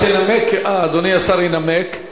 ינחיל, כפי שאמרתי, ינחיל